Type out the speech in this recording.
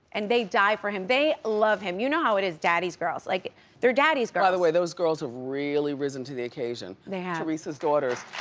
and they die for him. they love him, you know how it is, daddy's girls, like they're daddy's girls. but by the way, those girls have really risen to the occasion, they have. teresa's daughters,